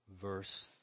verse